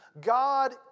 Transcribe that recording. God